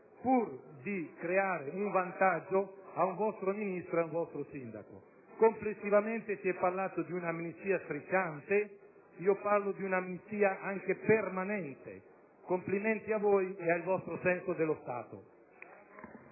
pur di creare un vantaggio a un vostro Ministro e a un vostro sindaco. Complessivamente si è parlato di un'amnistia strisciante: io parlo di un'amnistia anche permanente. Complimenti a voi e al vostro senso dello Stato!